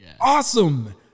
awesome